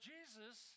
Jesus